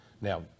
Now